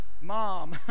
Mom